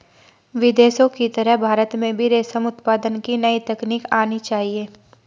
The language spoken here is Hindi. विदेशों की तरह भारत में भी रेशम उत्पादन की नई तकनीक आनी चाहिए